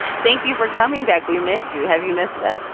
thank you for coming back. we missed you. have you missed that?